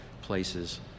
places